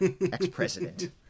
ex-president